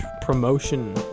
promotion